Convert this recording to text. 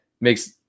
makes